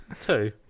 two